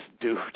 dude